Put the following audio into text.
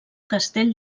castell